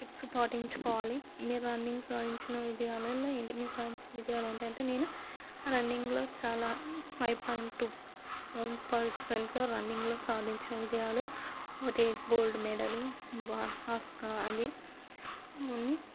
tips పాటించుకోవాలి మీరు running సాధించిన విజయాలల్లో మీరు సాధించిన విజయాలు ఏంటంటే నేను రన్నింగ్లో చాలా ఫైవ్ పాయింట్ టూ పర్సెంట్లో రన్నింగ్లో సాధించిన విజయాలు ఒకటి గోల్డ్ మెడలు బహస్కా అది అన్నీ